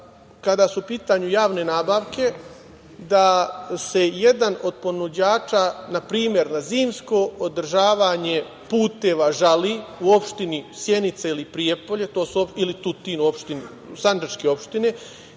kada su u pitanju javne nabavke, da se jedan od ponuđača, na primer, na zimsko održavanje puteva, žali, u opštini Sjenica, Prijepolje ili Tutin, to su sandžačke opštine,